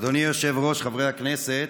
אדוני היושב-ראש, חברי הכנסת,